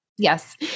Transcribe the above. Yes